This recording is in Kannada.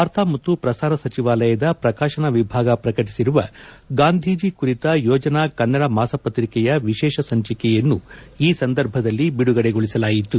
ವಾರ್ತಾ ಮತ್ತು ಪ್ರಸಾರ ಸಚಿವಾಲಯದ ಪ್ರಕಾಶನ ವಿಭಾಗ ಪ್ರಕಟಿಸಿರುವ ಗಾಂಧೀಜಿ ಕುರಿತ ಯೋಜನಾ ಕನ್ನಡ ಮಾಸ ಪ್ರತಿಕೆಯ ವಿಶೇಷ ಸಂಚಿಕೆಯನ್ನು ಈ ಸಂದರ್ಭದಲ್ಲಿ ಬಿಡುಗಡೆಗೊಳಿಸಲಾಯಿತು